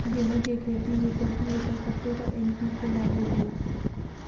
गेंहूँ केँ खेती मे प्रति एकड़ कतेक एन.पी.के लागैत अछि?